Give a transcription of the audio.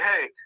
Hey